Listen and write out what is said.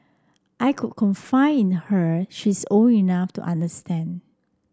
I could confide in her she is old enough to understand